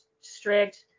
strict